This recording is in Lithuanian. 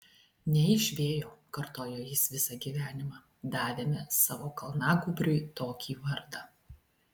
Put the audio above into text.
ne iš vėjo kartojo jis visą gyvenimą davėme savo kalnagūbriui tokį vardą